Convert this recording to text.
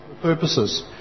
purposes